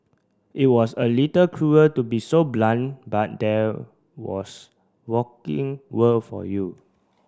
it was a little cruel to be so blunt but there was working world for you